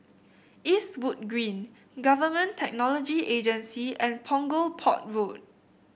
Eastwood Green Government Technology Agency and Punggol Port Road